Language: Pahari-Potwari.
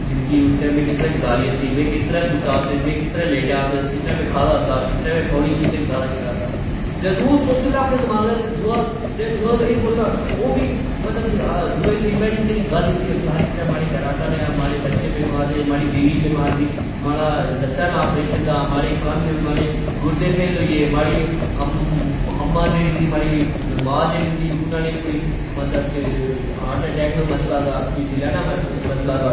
زندگی اس ٹئم میں کسرہ گزاری ہوسی میں کسرہ ستیاس ،میں کسرہ لیٹیاس، کسرہ میں کھادا سا، کسترہ میں پانی پی تہ گزارا کیتا سا ۔جدواوسوچو نا اپنے دماغہچ تہ دؤا دؤا اگر اے بلنا او وی دوئے غریبہ نی جیڑی گل کیتی ہونی جسرہ ماڑے کر آٹا نی آیا ماڑے بچے بیمارسی، ماڑی بیوی بیمار سی، ماڑا لتہ نا آپریشن دا، ماڑے کن ،ماڑے گردے فیل ہوئی گے ماڑی اما جیڑی سی انا نی ماجیڑی سی انا نی کوئی ہرٹ اٹیک نا مصلعہ سا کوئی دلہ نا مصعلہ سا